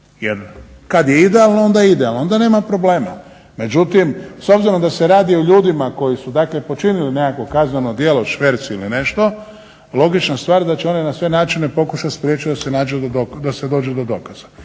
Jer kad je idealno, onda je idealno, onda nema problema. Međutim, s obzirom da se radi o ljudima koji su, dakle počinili nekakvo kazneno djelo šverc ili nešto, logična stvar da će oni na sve načine pokušati spriječiti da se dođe do dokaza.